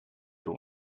door